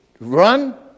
run